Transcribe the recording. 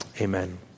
amen